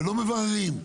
ולא מבררים.